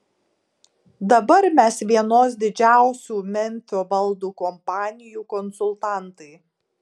dabar mes vienos didžiausių memfio baldų kompanijų konsultantai